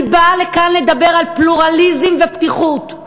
אני באה לכאן לדבר על פלורליזם ופתיחות,